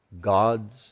God's